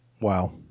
Wow